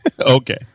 Okay